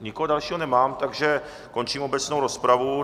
Nikoho dalšího nemám, takže končím obecnou rozpravu.